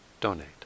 donate